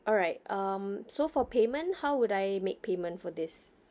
alright um so for payment how would I make payment for this